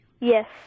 Yes